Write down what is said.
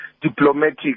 diplomatic